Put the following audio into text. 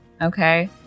okay